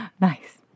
Nice